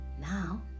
Now